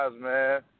man